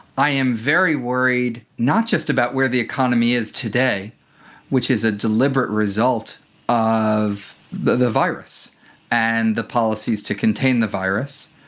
i am very worried, worried, not just about where the economy is today which is a deliberate result of the the virus and the policies to contain the virus,